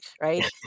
right